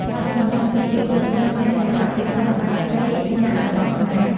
បទនេះបង្ហាញពីភាពផ្ចិតផ្ចង់នៃសិល្បៈរៀបចំបាយសីថ្នាក់របស់ខ្មែរ។